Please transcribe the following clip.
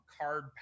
card